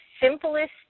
simplest